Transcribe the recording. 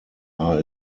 are